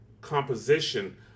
composition